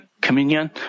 Communion